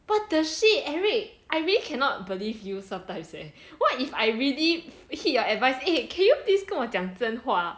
what the shit eric I really cannot believe you sometimes leh what if I really heed your advice eh can you please 跟我讲真话